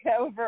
over